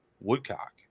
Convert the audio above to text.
woodcock